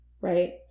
right